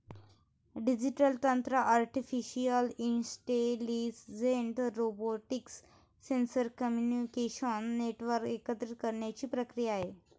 digital तंत्र artificial intelligence, robotics, sensor, communication network एकत्रित करण्याची प्रक्रिया आहे